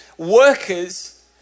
Workers